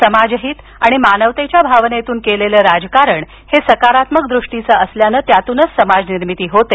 समाजहीत आणि मानवतेच्या भावनेतून केलेलं राजकारण हे सकारात्मक दृष्टीचं असल्यानं यातूनच समाज निर्मिती होते